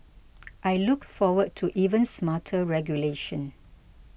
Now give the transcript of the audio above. I look forward to even smarter regulation